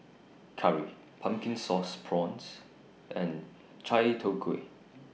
Curry Pumpkin Sauce Prawns and Chai Tow Kway